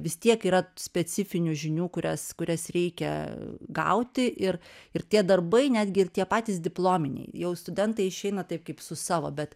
vis tiek yra specifinių žinių kurias kurias reikia gauti ir ir tie darbai netgi ir tie patys diplominiai jau studentai išeina taip kaip su savo bet